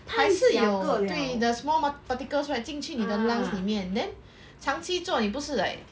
还是有对 the small particles right 进去你的 lungs 里面 then 长期做你不是 like